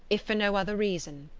if for no other reason.